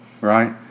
right